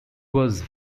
was